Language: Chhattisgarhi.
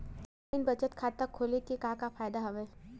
ऑनलाइन बचत खाता खोले के का का फ़ायदा हवय